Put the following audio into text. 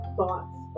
thoughts